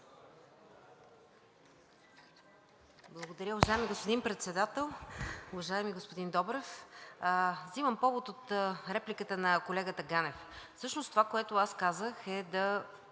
Благодаря. Уважаеми господин Председател! Уважаеми господин Добрев, взимам повод от репликата на колегата Ганев. Всъщност това, което аз казах, е да